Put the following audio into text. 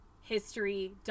history